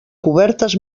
cobertes